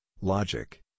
logic